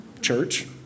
Church